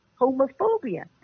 homophobia